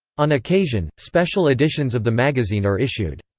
on occasion, special editions of the magazine are issued.